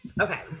Okay